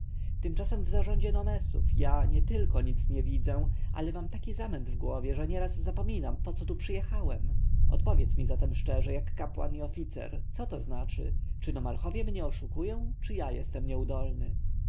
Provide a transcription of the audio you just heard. tymczasem w zarządzie nomesów ja nietylko nic nie widzę ale mam taki zamęt w głowie że nieraz zapominam poco tu przyjechałem odpowiedz mi zatem szczerze jak kapłan i oficer co to znaczy czy nomarchowie mnie oszukują czy ja jestem nieudolny